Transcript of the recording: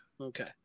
Okay